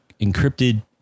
encrypted